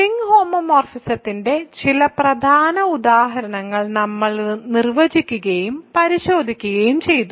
ring ഹോമോമോർഫിസത്തിന്റെ ചില പ്രധാന ഉദാഹരണങ്ങൾ നമ്മൾ നിർവചിക്കുകയും പരിശോധിക്കുകയും ചെയ്തു